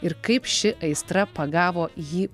ir kaip ši aistra pagavo jį